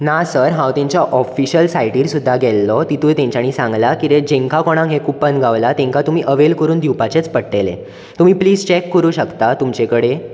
ना सर हांव तेंच्या ऑफीशल सायटीर सुद्दां गेल्लो तितूंत तेंच्यानी सांगलां कितें जेंका कोणाक हें कुपन गावलां तेंकां तुमी अवेल करून दिवपाचेंच पडटलें तुमी प्लीज चॅक करूंक शकता तुमचे कडेन